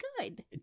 good